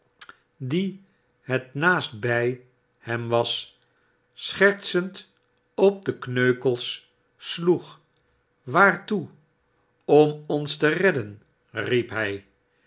die het naast bij hem was schertsend op de kneukels sloeg swaartoe om ons te redden riepen zij